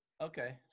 Okay